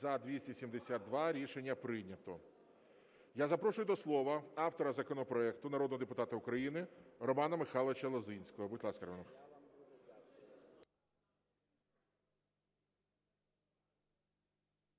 За-272 Рішення прийнято. Я запрошую до слова автора законопроекту народного депутата України Романа Михайловича Лозинського. Будь ласка, Роман